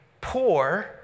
poor